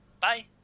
Bye